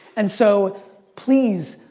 and so please,